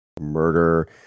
murder